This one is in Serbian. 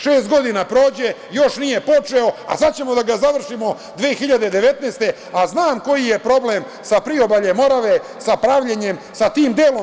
Šest godina prođe, još nije počeo, a sad ćemo da ga završimo 2019. godine, a znam koji je problem sa priobaljem Morave, sa pravljenjem, sa tim delom.